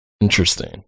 interesting